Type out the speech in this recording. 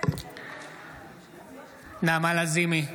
נעמה לזימי,